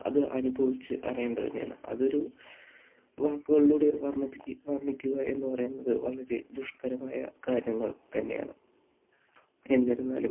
അത് അനുഭവിച്ച് അറിയേണ്ടത് തന്നെയാണ് അതൊരു വാക്കുകളുടെ വർണ്ണിപ്പിക്കുക വർണ്ണിക്കുക എന്ന് പറയുന്നത് വളരെ ദുഷ്കരമായ കാര്യങ്ങൾ തന്നെയാണ് എന്നിരുന്നാലും